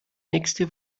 nächste